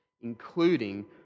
including